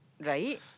Right